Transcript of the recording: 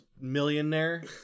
millionaire